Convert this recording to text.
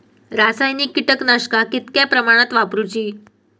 रासायनिक कीटकनाशका कितक्या प्रमाणात वापरूची?